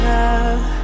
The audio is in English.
Love